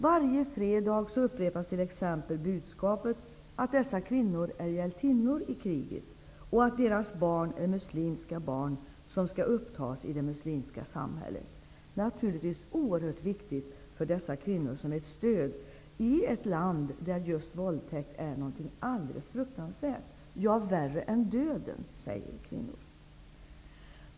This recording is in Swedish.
Varje fredag upprepas t.ex. budskapet att dessa kvinnor är hjältinnor i kriget och att deras barn är muslimska barn, som skall upptas i det muslimska samhället. Detta är naturligtvis oerhört viktigt som ett stöd för dessa kvinnor, i ett land där just våldtäkt är något fruktansvärt -- värre än döden, säger kvinnor.